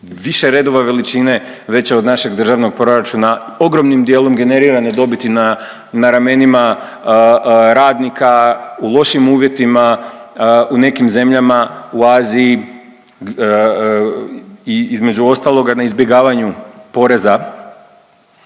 više redova veličine veće od našeg državnog proračuna ogromnim dijelom generirane dobiti na, na ramenima radnika u lošim uvjetima u nekim zemljama u Aziji i između ostaloga na izbjegavanju poreza,